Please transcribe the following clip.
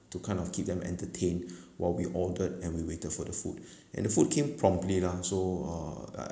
to kind of keep them entertained while we ordered and we waited for the food and the food came promptly lah so uh uh